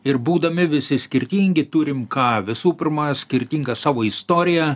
ir būdami visi skirtingi turim ką visų pirma skirtingą savo istoriją